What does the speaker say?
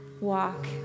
walk